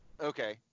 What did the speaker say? Okay